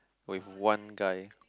with one guy